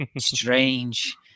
strange